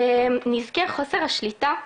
נזקי חוסר השליטה,